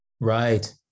right